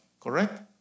Correct